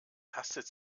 tastet